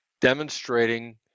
demonstrating